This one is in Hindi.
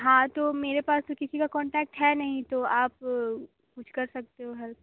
हाँ तो मेरे पास तो किसी का कॉन्टैक्ट है नहीं तो आप कुछ कर सकते हो हेल्प